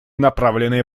направленные